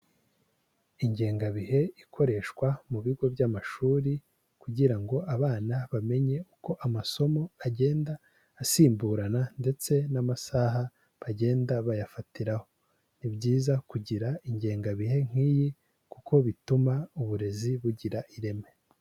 Ingengabihe ikoreshwa mu bigo by'amashuri kugira ngo abana bamenye uko amasomo agenda asimburana ndetse n'amasaha bagenda bayafatiraho. Ni byiza kugira ingengabihe nk'iyi kuko bituma uburezi bugira ireme.